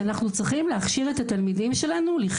שאנחנו צריכים להכשיר את התלמידים שלנו להיות